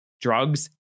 drugs